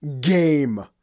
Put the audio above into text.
game